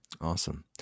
awesome